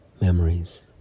memories